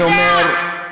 אני אומר,